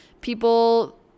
people